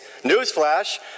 Newsflash